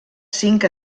cinc